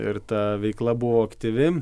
ir ta veikla buvo aktyvi